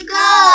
go